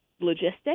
logistics